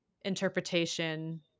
interpretation